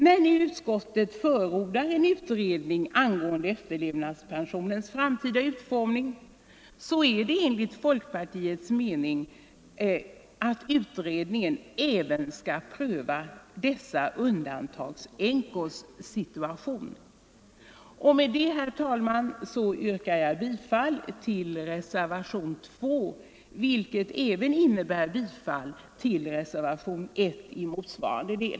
När nu utskottet förordar en utredning angående efterlevandepensionens framtida utformning innebär det enligt folkpartiets mening att utredningen även skall pröva dessa undantagsänkors situation. Med detta, herr talman, yrkar jag bifall till reservationen 2, vilket också innebär bifall till reservationen 1 i motsvarande del.